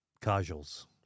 Casuals